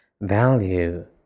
value